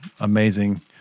amazing